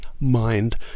mind